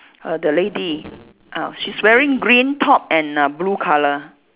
err the lady ah she's wearing green top and uh blue colour